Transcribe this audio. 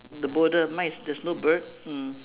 the boulder mine is there's no bird mm